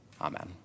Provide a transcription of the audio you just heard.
Amen